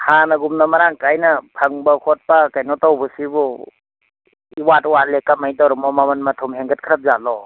ꯍꯥꯟꯅꯒꯨꯝꯅ ꯃꯔꯥꯡ ꯀꯥꯏꯅ ꯐꯪꯕ ꯈꯣꯠꯄ ꯀꯩꯅꯣ ꯇꯧꯕꯁꯤꯕꯨ ꯏꯋꯥꯠ ꯋꯥꯠꯂꯦ ꯀꯔꯝꯃꯥꯏꯅ ꯇꯧꯔꯤꯃꯣ ꯃꯃꯟ ꯃꯊꯨꯝ ꯍꯦꯟꯒꯠꯈ꯭ꯔꯕꯖꯥꯠꯂꯣ